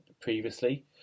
previously